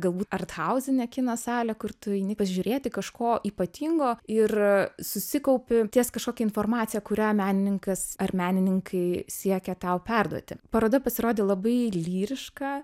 galbūt arthauzinė kino salė kur tu eini pažiūrėti kažko ypatingo ir susikaupi ties kažkokia informacija kurią menininkas ar menininkai siekia tau perduoti paroda pasirodė labai lyriška